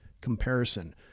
comparison